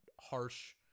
harsh